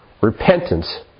Repentance